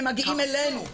הם מגיעים אלינו,